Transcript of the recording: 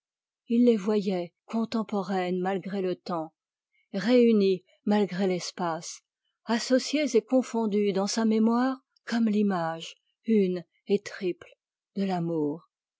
il les voyait contemporaines malgré le temps réunies malgré l'espace confondues dans sa mémoire comme l'image une et triple de l'amour